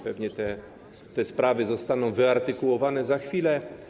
Pewnie te sprawy zostaną wyartykułowane za chwilę.